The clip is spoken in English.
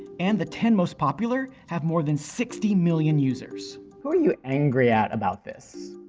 and the ten most popular have more than sixty million users. who are you angry at about this?